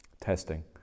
testing